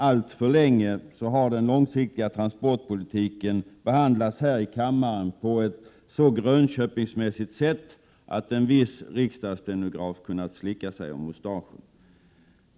Alltför länge har den långsiktiga transportpolitiken behandlats här i kammaren på ett så grönköpingsmässigt sätt att en viss riksdagsstenograf kunnat slicka sig om mustaschen.